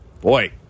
boy